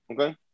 Okay